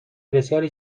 بسیاری